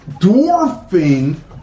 Dwarfing